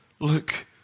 look